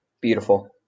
Beautiful